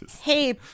hey